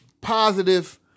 positive